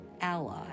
ally